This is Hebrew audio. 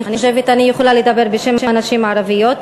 אני חושבת שאני יכולה לדבר בשם הנשים הערביות,